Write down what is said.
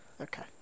Okay